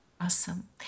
Awesome